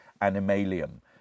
Animalium